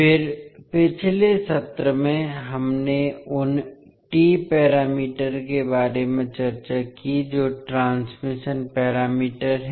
फिर पिछले सत्र में हमने उन टी पैरामीटर के बारे में चर्चा की जो ट्रांसमिशन पैरामीटर हैं